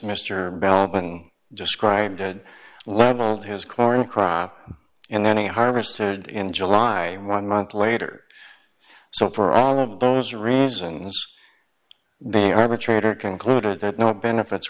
mr bell been described it leveled his corn crop and then he harvested in july one month later so for all of those reasons they arbitrator concluded that no benefits